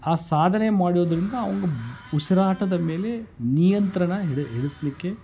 ಆ ಸಾಧನೆ ಮಾಡೋದರಿಂದ ಅವ್ರು ಉಸಿರಾಟದ ಮೇಲೆ ನಿಯಂತ್ರಣ ಹಿಡಿ ಹಿಡಿಸ್ಲಿಕ್ಕೆ